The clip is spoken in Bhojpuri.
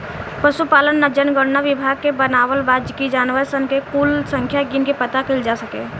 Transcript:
पसुपालन जनगणना विभाग के बनावल बा कि जानवर सन के कुल संख्या गिन के पाता कइल जा सके